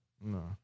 No